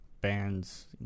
bands